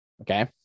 Okay